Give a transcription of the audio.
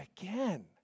again